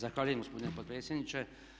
Zahvaljujem gospodine potpredsjedniče.